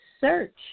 search